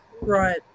Right